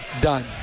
done